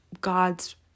God's